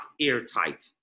airtight